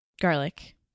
garlic